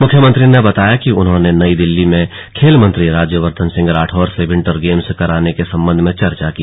मुख्यमंत्री ने बताया कि उन्होंने नई दिल्ली में खेल मंत्री राज्यवर्द्धन सिंह राठौर से विन्टर गेम्स कराने के सम्बंध में चर्चा की